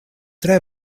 tre